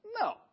No